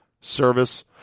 service